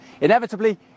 Inevitably